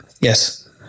Yes